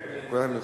פקודת המכרות?